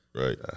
right